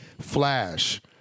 flash